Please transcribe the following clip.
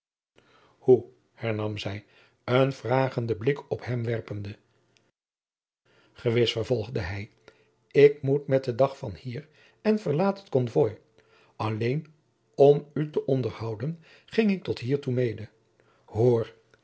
hoe hernam zij een vragenden blik op hem werpende gewis vervolgde hij ik moet met den dag van hier en verlaat het konvooi alleen om u te onderhouden ging ik tot hiertoe mede hoor